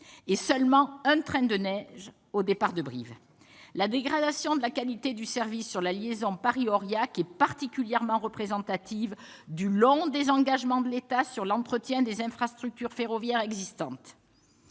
et seulement un train de neige au départ de Brive. La dégradation de la qualité du service sur la liaison Paris-Aurillac est particulièrement représentative du long désengagement de l'État concernant l'entretien des infrastructures ferroviaires existantes.